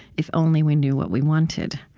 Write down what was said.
if only we knew what we wanted.